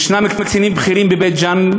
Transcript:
יש קצינים בכירים בבית-ג'ן,